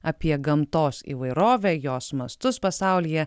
apie gamtos įvairovę jos mastus pasaulyje